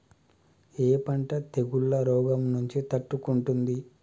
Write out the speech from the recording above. ఏ పంట తెగుళ్ల రోగం నుంచి తట్టుకుంటుంది?